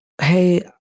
hey